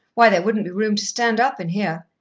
why, there wouldn't be room to stand up in here.